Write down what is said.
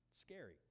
scary